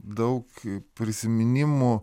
daug prisiminimų